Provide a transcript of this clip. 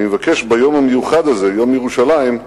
אני מבקש ביום המיוחד הזה, יום ירושלים,